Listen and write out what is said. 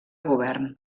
govern